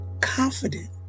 confident